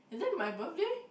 is that my birthday